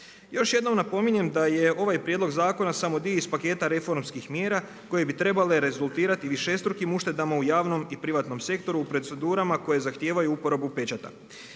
Još jednom napominjem da je ovaj prijedlog zakona samo dio iz paketa reformskih mjera koje bi trebale rezultirati višestrukim uštedama u javnom i privatnom sektoru u procedurama koje zahtijevaju uporabu pečata.